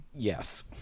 Yes